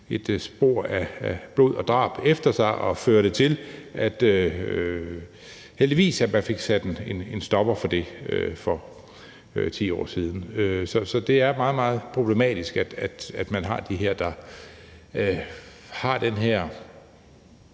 et spor af blod og drab efter sig, men førte til, heldigvis, at man fik sat en stopper for det for 10 år siden. Så det er meget, meget problematisk, at der er mennesker, der har den her